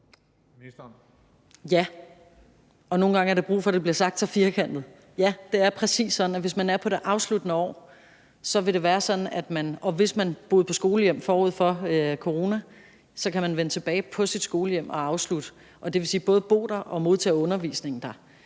Ja, og nogle gang er der brug for, at det bliver sagt så firkantet: Ja, det er præcis sådan, at hvis man er på det afsluttende år, og hvis man boede på skolehjem forud for corona, så kan man vende tilbage på sit skolehjem og afslutte, og det vil sige både bo der og modtage undervisningen der.